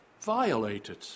Violated